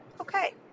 okay